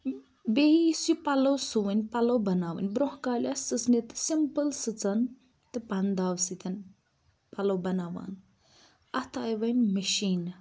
بیٚیہ یُس یہِ پَلو سُوٕنۍ تہٕ پَلو بَناوٕنۍ برونٛہہ کَالہِ أسۍ سٕژنہِ سِمپٕل سٕژَن تہٕ پَنداو سۭتۍ پَلَو بَناوان اَتھ آیہِ وۄنۍ مشینہٕ